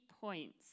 points